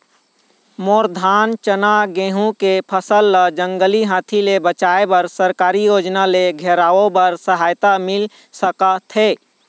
मोर धान चना गेहूं के फसल ला जंगली हाथी ले बचाए बर सरकारी योजना ले घेराओ बर सहायता मिल सका थे?